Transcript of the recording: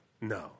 No